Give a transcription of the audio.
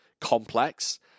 complex